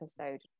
episode